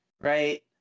Right